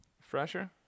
Fresher